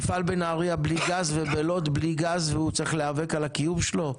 מפעל בנהריה בלי גז ובלוד בלי גז והוא צריך להיאבק על הקיום שלו?